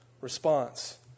response